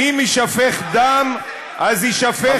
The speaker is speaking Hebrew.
"אם יישפך דם אז יישפך דם,